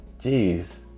Jeez